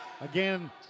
Again